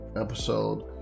episode